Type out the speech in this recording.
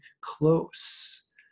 close